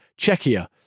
Czechia